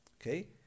okay